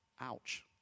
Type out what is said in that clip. Ouch